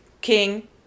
king